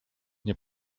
nie